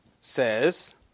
says